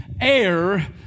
air